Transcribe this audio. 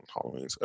Halloween